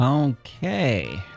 Okay